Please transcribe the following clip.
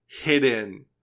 hidden